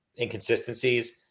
inconsistencies